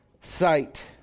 sight